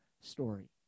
story